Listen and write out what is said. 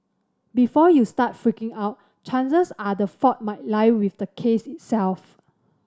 before you start freaking out chances are the fault might lie with the case itself